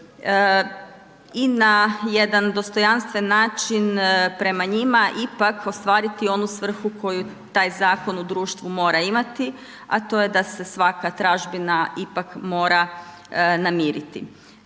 i na jedan dostojanstven način prema njima ipak ostvariti onu svrhu koju taj zakon u društvu mora imati a to je da se svaka tražbina ipak mora namiriti.